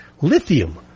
lithium